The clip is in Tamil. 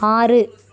ஆறு